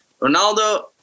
Ronaldo